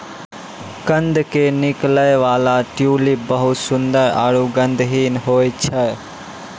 कंद के निकलै वाला ट्यूलिप बहुत सुंदर आरो गंधहीन होय छै